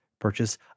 purchase